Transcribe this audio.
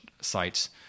sites